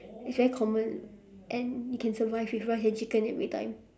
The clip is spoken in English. it's very common and you can survive with rice and chicken every time